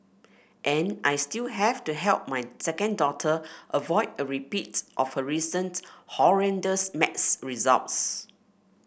and I still have to help my second daughter avoid a repeat of her recent horrendous maths results